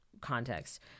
context